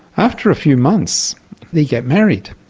after a few months they get married,